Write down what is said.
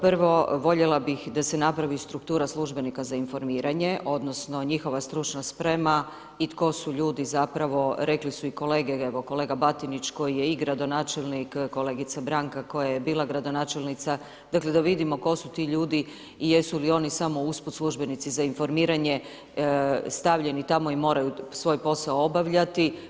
Prvo, voljela bi da se napravi struktura službenika za informiranje, odnosno, njihova stručna sprema i tko su ljudi zapravo rekli su i kolege, kolega Batinić, koji je i gradonačelnik, kolegica Branka, koja je bila gradonačelnica, da vidimo tko su ti ljudi i jesu li oni usput službenici za informiranje stavljeni tamo i moraju svoj posao obavljati.